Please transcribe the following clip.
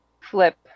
flip